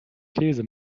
käse